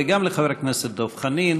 וגם לחבר הכנסת דב חנין.